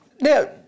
Now